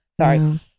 sorry